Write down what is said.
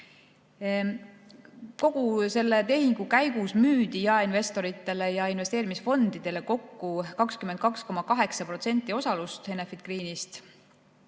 Kogu selle tehingu käigus müüdi jaeinvestoritele ja investeerimisfondidele kokku 22,8% osalust Enefit Greenis.